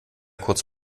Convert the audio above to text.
kurz